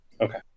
Okay